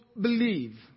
believe